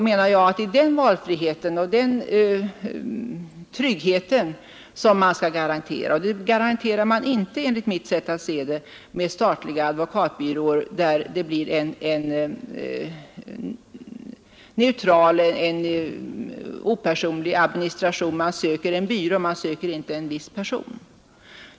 Det är en valfrihet och en trygghet som man skall garantera, och det garanterar man inte, enligt mitt sätt att se det, med statliga advokatbyråer, där det lätt blir en opersonlig administration — klienten söker en byrå och inte en viss person.